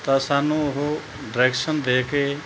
ਤਾਂ ਸਾਨੂੰ ਉਹ ਡਰੈਕਸ਼ਨ ਦੇ ਕੇ